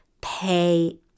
pay